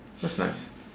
that's nice